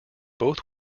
both